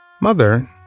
Mother